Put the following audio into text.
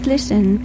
listen